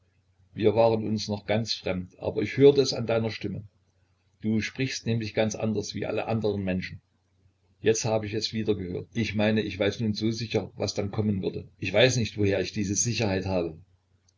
wir waren uns auch noch ganz fremd aber ich hörte es an deiner stimme du sprichst nämlich ganz anders wie alle anderen menschen jetzt hab ich es wieder gehört ich meine ich weiß nun so sicher was dann kommen würde ich weiß nicht woher ich diese sicherheit habe